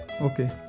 Okay